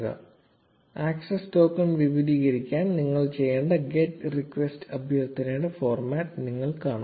0408 access token വിപുലീകരിക്കാൻ നിങ്ങൾ ചെയ്യേണ്ട ഗെറ്റ് റിക്വസ്റ്റ് അഭ്യർത്ഥനയുടെ ഫോർമാറ്റ് നിങ്ങൾ കാണും